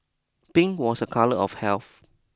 pink was a colour of health